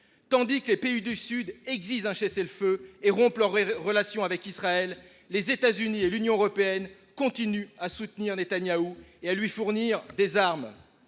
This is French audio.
Tandis que les pays du Sud exigent un cessez le feu et rompent leurs relations avec Israël, les États Unis et l’Union européenne continuent à soutenir Netanyahou et à lui fournir des armes.